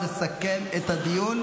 אנחנו נוהגים באחריות, איזו אחריות?